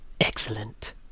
excellent